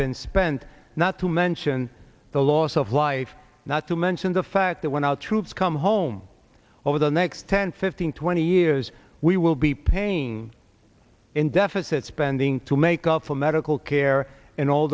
been spent not to mention the loss of life not to mention the fact that when our troops come home over the next ten fifteen twenty years we will be paying in deficit spending to make up for medical care and all